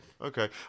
Okay